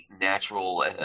natural